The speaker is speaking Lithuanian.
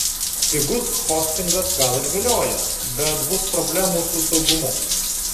pigus hostingas gal ir vilioja bet bus problemų su saugumu